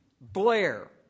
Blair